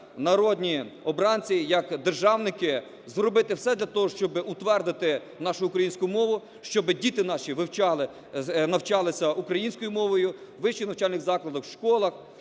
народні обранці, як державники зробити все для того, щоб утвердити нашу українську мову, щоб діти наші вивчали, навчалися українською мовою в вищих навчальних закладах, в школах,